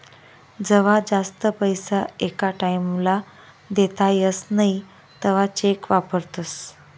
जवा जास्त पैसा एका टाईम ला देता येस नई तवा चेक वापरतस